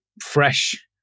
fresh